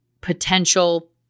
potential